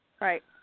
Right